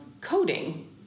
coding